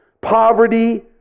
poverty